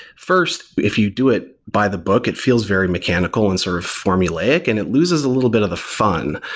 first, if you do it by the book, it feels very mechanical and sort of formulaic and it loses a little bit of the fun.